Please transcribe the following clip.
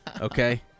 Okay